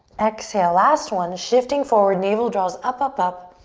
exhale, last one, shifting forward, navel draws up, up, up.